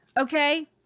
Okay